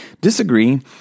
disagree